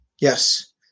Yes